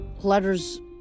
letters